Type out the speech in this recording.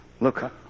look